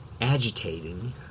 agitating